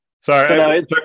Sorry